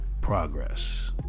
progress